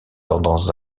tendances